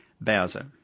Bowser